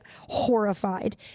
horrified